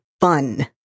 fun